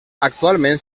actualment